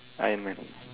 Iron Man